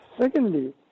Secondly